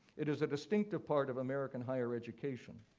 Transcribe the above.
it is a distinctive part of american higher education.